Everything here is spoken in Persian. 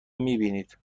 میبینید